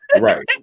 Right